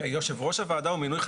יושב ראש הוועדה הוא מינוי של השר,